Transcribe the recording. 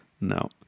no